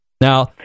now